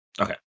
Okay